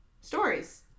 stories